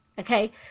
okay